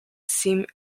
seem